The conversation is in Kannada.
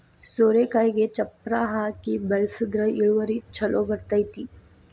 ಸೋರೆಕಾಯಿಗೆ ಚಪ್ಪರಾ ಹಾಕಿ ಬೆಳ್ಸದ್ರ ಇಳುವರಿ ಛಲೋ ಬರ್ತೈತಿ